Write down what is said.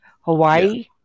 Hawaii